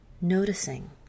noticing